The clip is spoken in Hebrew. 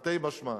תרתי משמע,